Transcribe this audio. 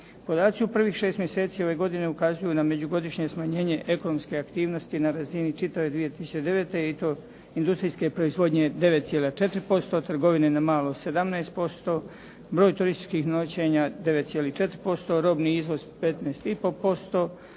Podaci u prvih 6 mjeseci ove godine ukazuju na međugodišnje smanjenje ekonomske aktivnosti na razini čitave 2009. i to industrijske proizvodnje 9,4%, trgovine na malo 17%, broj turističkih noćenja 9,4%, robni izvoz 15,5